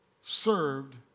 served